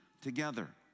together